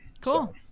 Cool